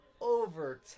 over